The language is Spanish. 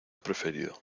preferido